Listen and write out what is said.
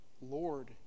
Lord